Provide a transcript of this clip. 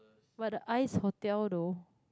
for the ice hotel though